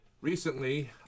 recently